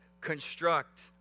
construct